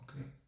okay